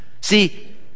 See